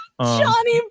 Johnny